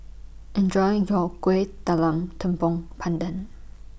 Enjoy your Kuih Talam Tepong Pandan